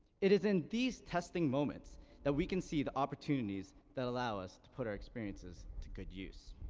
it is in these testing moments that we can see the opportunities that allow us to put our experiences to good use.